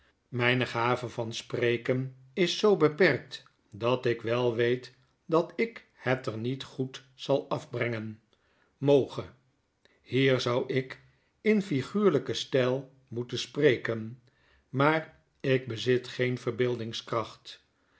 myne gave van spreken is zoo beperkt dat ik wel weet dat ik het er niet goed zal afbrengen moge hier zou ik in figuurlyken stijl moeten spreken maar ik bezit geen verbeeldingskracht